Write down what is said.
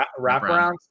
wraparound